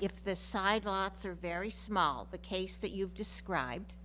if the side thoughts are very small the case that you've described